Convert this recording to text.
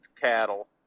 cattle